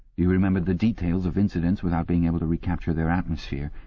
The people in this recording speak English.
you remembered the detail of incidents without being able to recapture their atmosphere,